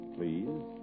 Please